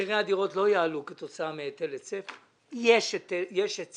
מחירי הדירות לא יעלו כתוצאה מהיטל היצף, יש היצף,